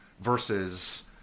versus